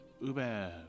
Uber